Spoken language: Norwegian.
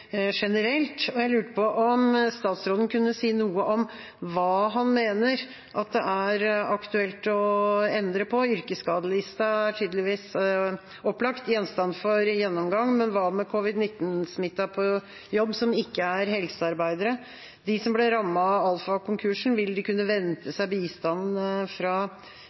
generelt. Jeg lurte på om statsråden kunne si noe om hva han mener det er aktuelt å endre på. Yrkesskadelista er tydeligvis opplagt gjenstand for gjennomgang, men hva med dem som er smittet av covid-19 på jobb, og som ikke er helsearbeidere? Vil de som ble rammet av Alpha-konkursen, kunne vente seg bistand fra